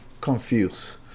confused